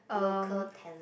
local talent